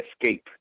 escape